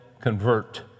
convert